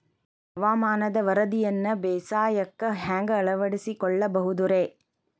ಹವಾಮಾನದ ವರದಿಯನ್ನ ಬೇಸಾಯಕ್ಕ ಹ್ಯಾಂಗ ಅಳವಡಿಸಿಕೊಳ್ಳಬಹುದು ರೇ?